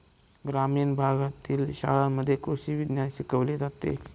ग्रामीण भागातील शाळांमध्ये कृषी विज्ञान शिकवले जाते